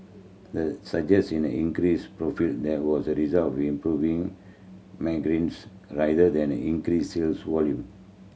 that suggests in the increase profit there was the result of improving rather than a increased sales volume